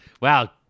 Wow